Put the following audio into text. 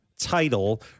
Title